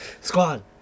Squad